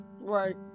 Right